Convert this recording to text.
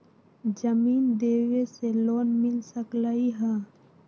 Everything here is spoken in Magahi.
जमीन देवे से लोन मिल सकलइ ह?